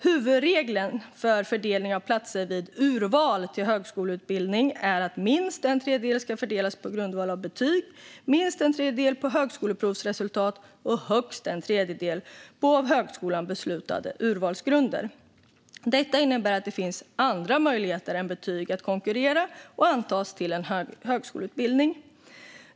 Huvudregeln för fördelning av platser vid urval till högskoleutbildning är att minst en tredjedel ska fördelas på grundval av betyg, minst en tredjedel på högskoleprovsresultat och högst en tredjedel på av högskolan beslutade urvalsgrunder. Detta innebär att det finns andra möjligheter än betyg att konkurrera och antas till en högskoleutbildning.